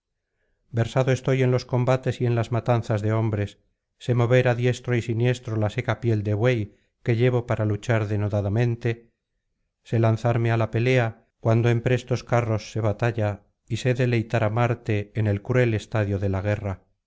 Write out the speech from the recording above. versado estoy en los combates y en las matanzas de hombres sé mover á diestro y á siniestro la seca piel de buey que llevo para luchar denodadamente sé lanzarme á la pelea cuando en prestos carros se batalla y sé deleitar á marte en el cruel estadio de la guerra